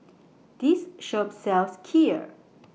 This Shop sells Kheer